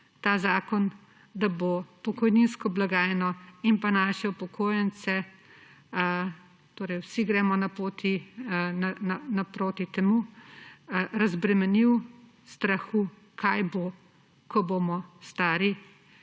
ta zakon, da bo pokojninsko blagajno in pa naše upokojence, torej vsi gremo naproti temu, razbremenil strahu, kaj bo, ko bomo stari